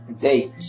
date